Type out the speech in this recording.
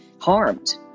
harmed